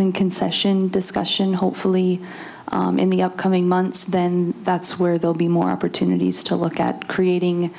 in concession discussion hopefully in the upcoming months then that's where they'll be more opportunities to look at creating